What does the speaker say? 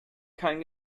kein